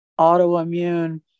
autoimmune